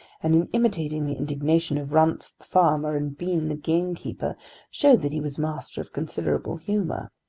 and in imitating the indignation of runce the farmer and bean the gamekeeper showed that he was master of considerable humour.